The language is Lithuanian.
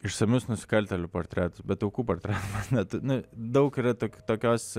išsamius nusikaltėlių portretus bet aukų portretų mes ne nu daug yra to tokios